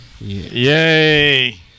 yay